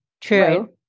true